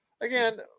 again